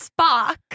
Spock